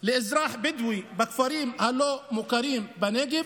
לאזרח בדואי בכפרים הלא-מוכרים בנגב